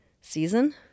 season